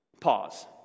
Pause